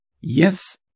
Yes